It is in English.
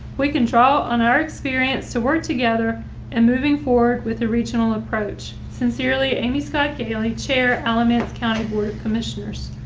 we can draw on our experience to work together and moving forward with a regional approach. sincerely, amy scott kaylee chair alamance county board of commissioners.